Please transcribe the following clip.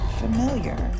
familiar